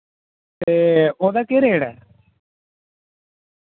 ते ओह्दा केह् रेट ऐ